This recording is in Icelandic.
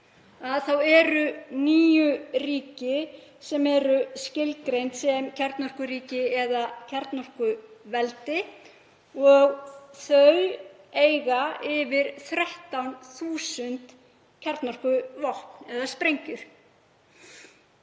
þá eru níu ríki sem eru skilgreind sem kjarnorkuríki eða kjarnorkuveldi og þau eiga yfir 13.000 kjarnorkuvopn eða -sprengjur.